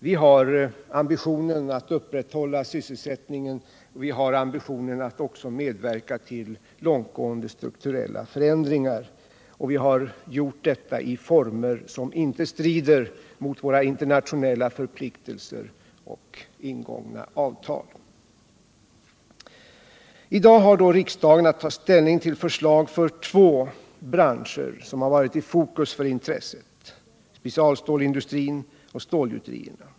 Vi har ambitionen att upprätthålla sysselsättningen, vi har ambitionen att också medverka till långtgående strukturella förändringar, och vi har gjort detta i former som inte strider mot internationella förpliktelser och ingångna avtal. I dag har då riksdagen att ta ställning till förslag för två branscher som varit i fokus för intresset: specialstålindustrin och stålgjuterierna.